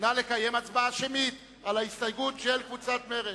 נא לקיים הצבעה שמית על ההסתייגות של קבוצת מרצ.